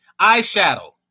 eyeshadow